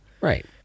Right